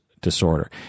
disorder